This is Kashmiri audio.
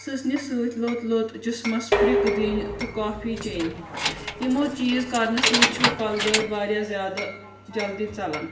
سٕژنہِ سۭتۍ لوٚت لوٚت جسمس پرٛک دِنۍ تہٕ کافی چھٮ۪نۍ یِمو چیٖز کرنہٕ سۭتۍ چھُ کلہٕ دٲدۍ واریاہ زیادٕ جلدی ژلان